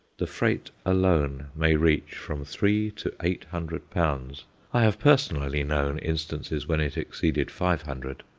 the freight alone may reach from three to eight hundred pounds i have personally known instances when it exceeded five hundred.